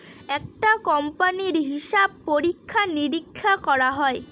একটা কোম্পানির হিসাব পরীক্ষা নিরীক্ষা করা হয়